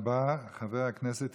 חבר הכנסת עידן רול.